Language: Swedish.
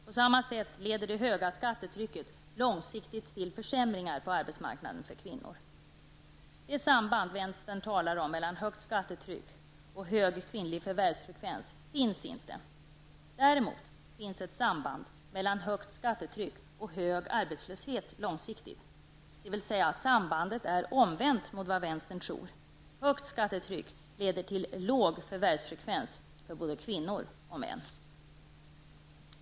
På samma sätt leder det höga skattetrycket långsiktigt till försämringar på arbetsmarknaden för kvinnor. Det samband mellan högt skattetryck och hög kvinnlig förvärvsfrekvens som vänstern talar om finns inte. Däremot finns det ett samband mellan högt skattetryck och hög arbetslöshet långsiktigt, dvs. sambandet är det omvända mot vad vänstern tror: Högt skattetryck leder till låg förvärvsfrekvens för både kvinnor och män.